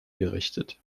gerichtet